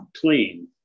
clean